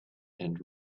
and